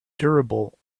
durable